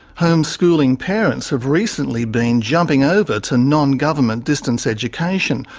homeschooling parents have recently been jumping over to non-government distance education,